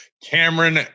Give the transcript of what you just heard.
Cameron